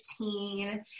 2015